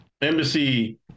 embassy